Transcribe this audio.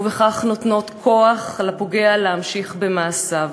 ובכך נותנות כוח לפוגע להמשיך במעשיו.